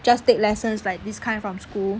just take lessons like this kind from school